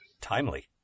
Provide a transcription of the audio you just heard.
Timely